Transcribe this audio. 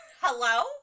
Hello